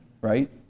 right